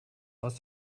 aus